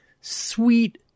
sweet